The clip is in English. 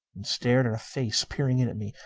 and stared at a face peering in at me.